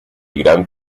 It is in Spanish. gran